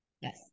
yes